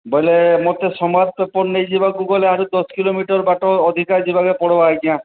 ବୋଇଲେ ମୋତେ ସମାଜ ପେପର୍ ନେଇ ଯିବାକୁ ଗଲେ ଆଡ଼ୁ ଦଶ କିଲୋମିଟର୍ ବାଟ ଅଧିକା ଯିବାକେ ପଡ଼୍ବା ଆଜ୍ଞା